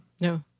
No